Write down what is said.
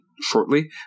shortly